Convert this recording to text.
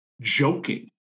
joking